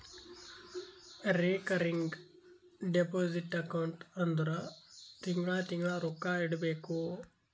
recurring deposit account ಅಂದುರ್ ತಿಂಗಳಾ ತಿಂಗಳಾ ರೊಕ್ಕಾ ಇಡಬೇಕು